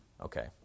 okay